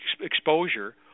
exposure